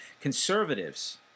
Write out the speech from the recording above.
conservatives